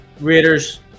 raiders